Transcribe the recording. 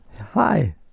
Hi